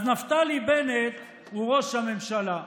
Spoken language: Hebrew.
אז נפתלי בנט הוא ראש הממשלה.